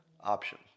option